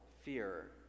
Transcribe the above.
fear